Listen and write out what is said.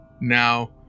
now